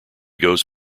goes